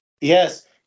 Yes